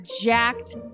jacked